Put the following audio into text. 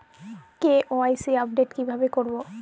KYC update কিভাবে করবো?